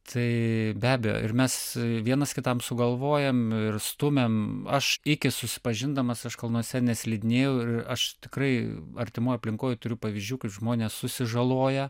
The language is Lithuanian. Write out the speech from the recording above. tai be abejo ir mes vienas kitam sugalvojame ir stumiame aš iki susipažindamas aš kalnuose neslidinėjau ir aš tikrai artimoj aplinkoj turiu pavyzdžių kai žmonės susižaloja